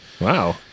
Wow